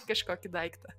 kažkokį daiktą